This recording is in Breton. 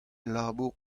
labour